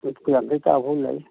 ꯅꯤꯐꯨ ꯌꯥꯡꯈꯩ ꯇꯥꯐꯥꯎ ꯂꯩ